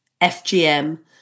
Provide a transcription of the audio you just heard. FGM